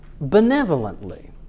benevolently